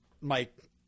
Mike